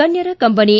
ಗಣ್ಣರ ಕಂಬನಿ